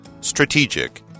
Strategic